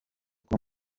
kuba